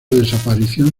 desaparición